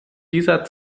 dieser